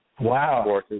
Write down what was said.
Wow